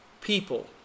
people